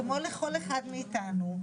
כמו לכל אחד מאתנו,